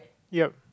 yup